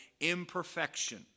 imperfection